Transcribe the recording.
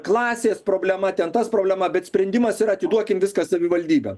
klasės problema ten tas problema bet sprendimas yra atiduokim viską savivaldybėm